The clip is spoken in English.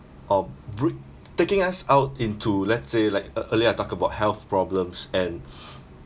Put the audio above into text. um bri~ taking us out into let's say like e~ early I talk about health problems and